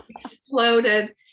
exploded